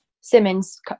Simmons